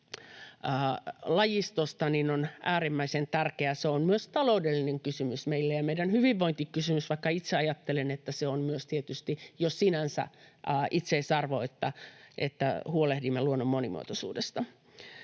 lajistosta, on äärimmäisen tärkeää. Se on myös taloudellinen kysymys meille ja meidän hyvinvointikysymys, vaikka itse ajattelen, että se on myös tietysti jo sinänsä itseisarvo, että huolehdimme luonnon monimuotoisuudesta.